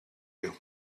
you